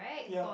ya